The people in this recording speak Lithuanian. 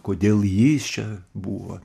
kodėl jis čia buvo